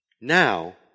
Now